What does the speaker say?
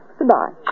Goodbye